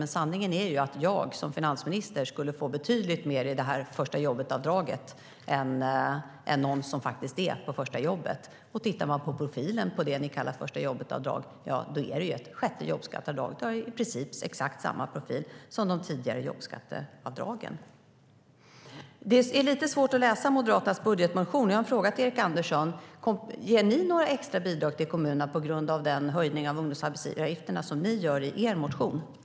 Men sanningen är ju att jag som finansminister skulle få betydligt mer av första-jobbet-avdraget än den som har börjat sitt första jobb. Tittar man på profilen på det som ni kallar första-jobbet-avdrag, ja, då är det ett sjätte jobbskatteavdrag. Det har i princip exakt samma profil som de tidigare jobbskatteavdragen. Det är lite svårt att läsa Moderaternas budgetmotion, så jag frågar Erik Andersson: Ger ni några extra bidrag till kommunerna på grund av den höjning av ungdomsarbetsgivaravgifterna som ni föreslår i er motion?